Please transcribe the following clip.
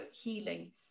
healing